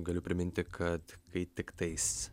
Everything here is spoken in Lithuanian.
galiu priminti kad kai tiktais